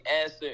answer